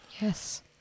Yes